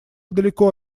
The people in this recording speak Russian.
далеко